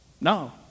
no